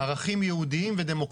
ערכים יהודיים ודמוקרטיים.